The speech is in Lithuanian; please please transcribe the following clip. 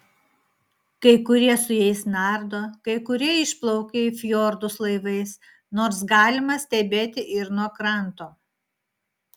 kai kurie su jais nardo kai kurie išplaukia į fjordus laivais nors galima stebėti ir nuo kranto